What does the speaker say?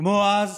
כמו אז,